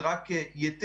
זה רק ייטב.